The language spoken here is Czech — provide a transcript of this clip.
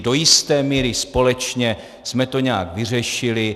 Do jisté míry společně jsme to nějak vyřešili.